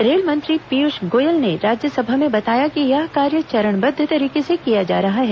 rail मंत्री पीयूष गोयल ने राज्यसभा में बताया कि यह कार्य चरणबद्व तरीके से किया जा रहा है